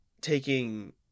taking